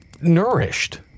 Nourished